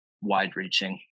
wide-reaching